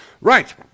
Right